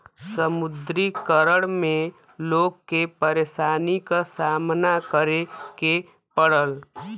विमुद्रीकरण में लोग के परेशानी क सामना करे के पड़ल